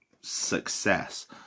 success